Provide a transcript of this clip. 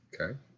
Okay